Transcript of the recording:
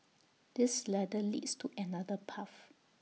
this ladder leads to another path